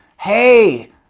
Hey